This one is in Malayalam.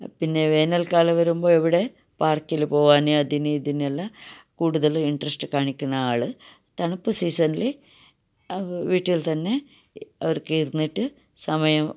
പിന്നെ വേനൽക്കാലം വരുമ്പോൾ ഇവിടെ പാർക്കില് പോകാൻ അതിന് ഇതിനെല്ലാം കൂടുതൽ ഇൻട്രസ്റ്റ് കാണിക്കുന്ന ആള് തണുപ്പ് സീസൺല് വീട്ടിൽ തന്നെ അവർക്കിരുന്നിട്ടു സമയം